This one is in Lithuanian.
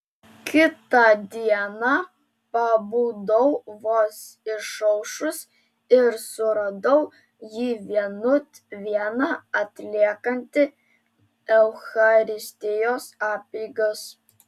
kitą dieną pabudau vos išaušus ir suradau jį vienut vieną atliekantį eucharistijos apeigas